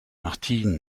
martine